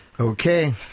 Okay